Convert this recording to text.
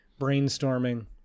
brainstorming